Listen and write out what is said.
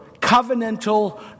covenantal